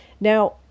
now